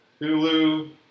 Hulu